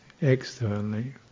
externally